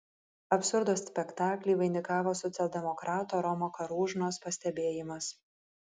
absurdo spektaklį vainikavo socialdemokrato romo karūžnos pastebėjimas